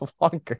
longer